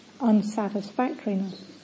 unsatisfactoriness